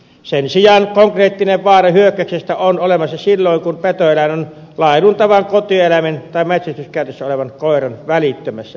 sen sijaan konkreettinen vaara hyökkäyksestä on olemassa silloin kun petoeläin on laiduntavan kotieläimen tai metsästyskäytössä olevan koiran välittömässä läheisyydessä